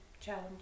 challenge